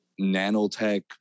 nanotech